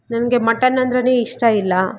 ನನಗೆ ಮಟನ್ ಅಂದ್ರೇ ಇಷ್ಟ ಇಲ್ಲ